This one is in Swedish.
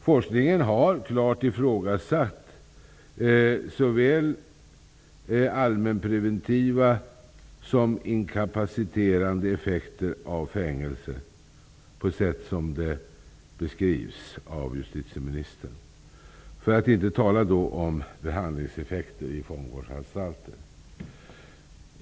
Forskningen har klart ifrågasatt såväl allmänpreventiva som inkapaciterande effekter av fängelse på det sätt som beskrivs av justitieministern -- för att inte tala om behandlingseffekter i fångvårdsanstalter.